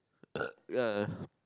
ya